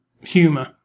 humor